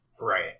Right